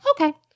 Okay